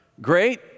Great